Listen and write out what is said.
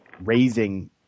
raising